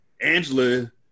Angela